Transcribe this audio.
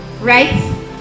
right